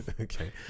okay